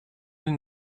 une